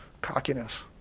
cockiness